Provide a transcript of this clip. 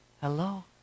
hello